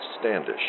Standish